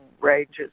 Ranges